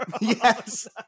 Yes